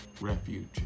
Refuge